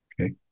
okay